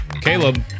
Caleb